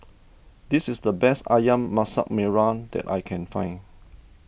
this is the best Ayam Masak Merah that I can find